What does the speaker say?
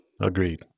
Agreed